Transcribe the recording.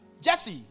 Jesse